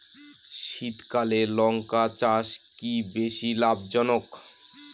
শীতকালে লঙ্কা চাষ কি বেশী লাভজনক?